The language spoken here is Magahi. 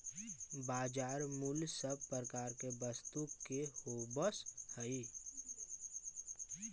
बाजार मूल्य सब प्रकार के वस्तु के होवऽ हइ